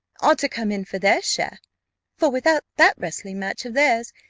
ought to come in for their share for without that wrestling match of theirs,